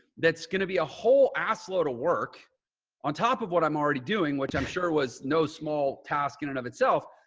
that's going to be a whole ass load of work on top of what i'm already doing, which i'm sure was no small task in and of itself.